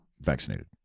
vaccinated